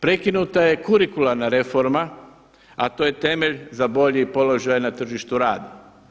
Prekinuta je kurikularna reforma, a to je temelj za bolji položaj na tržištu rada.